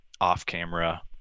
off-camera